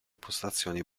postazioni